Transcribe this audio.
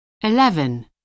Eleven